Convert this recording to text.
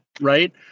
Right